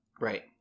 Right